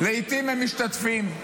לעיתים הם משתתפים,